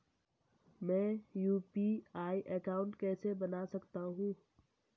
मैं UPI account कैसे बना सकता हूं?